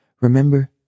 Remember